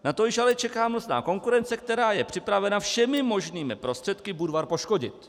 Na to již ale čeká mlsná konkurence, která je připravena všemi možnými prostředky Budvar poškodit.